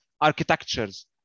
architectures